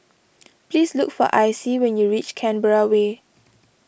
please look for Icie when you reach Canberra Way